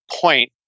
point